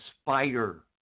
spider